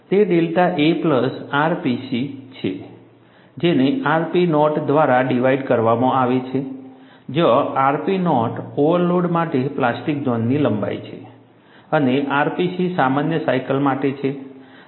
તે delta a plus rpc છે જેને rp નોટ દ્વારા ડિવાઇડ કરવામાં આવે છે જ્યાં rp નોટ ઓવરલોડ માટે પ્લાસ્ટિક ઝોનની લંબાઈ છે અને rpc સામાન્ય સાયકલ માટે છે